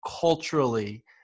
culturally